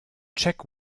check